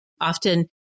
Often